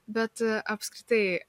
bet apskritai